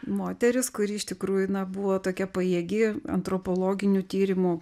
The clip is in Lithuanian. moteris kuri iš tikrųjų na buvo tokia pajėgi antropologinių tyrimų